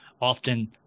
often